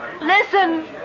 Listen